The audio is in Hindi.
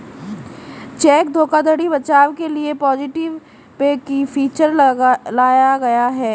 चेक धोखाधड़ी बचाव के लिए पॉजिटिव पे फीचर लाया गया है